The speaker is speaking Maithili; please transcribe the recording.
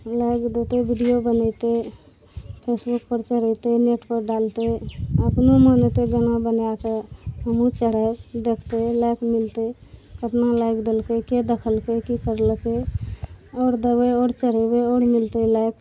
लाइक देतै वीडियो बनैतै फेसबुक पर चढ़ैतै नेट पर डालतै अपनो मन हेतै गाना बनाकऽ हमहुँ चढ़ब देखतै लाइक मिलतै कतेक लाइक देलकै के देखलकै के कयलकै आओर देबै आओर चढ़ेबै आओर मिलतै लाइक